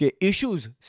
issues